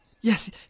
Yes